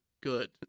good